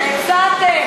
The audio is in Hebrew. הפסדתם.